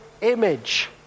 image